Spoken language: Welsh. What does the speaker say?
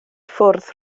ffwrdd